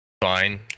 Fine